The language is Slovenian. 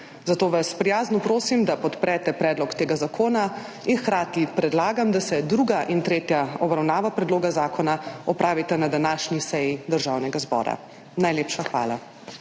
zato vas prijazno prosim, da podprete predlog tega zakona, in hkrati predlagam, da se druga in tretja obravnava predloga zakona opravita na današnji seji Državnega zbora. Najlepša hvala.